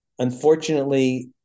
Unfortunately